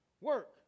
work